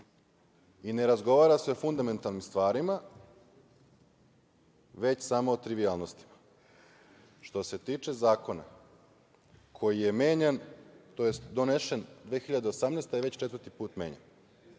i ne razgovara se o fundamentalnim stvarima, već samo o trivijalnostima. Što se tiče zakona koji je menjan, tj. donesen 2018. godine je već četvrti put menjan.